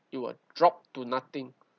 it would drop to nothing